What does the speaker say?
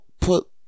put